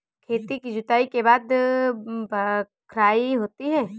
खेती की जुताई के बाद बख्राई होती हैं?